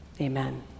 Amen